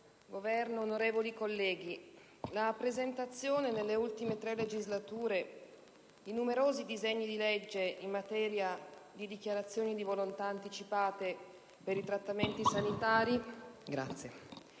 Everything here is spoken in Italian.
Governo onorevoli colleghi, la presentazione nelle ultime tre legislature di numerosi disegni di legge in materia di dichiarazioni di volontà anticipate per i trattamenti sanitari è